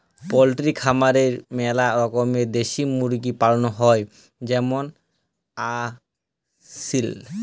poultry খামারে ম্যালা রকমের দেশি মুরগি পালন হ্যয় যেমল আসিল